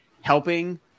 helping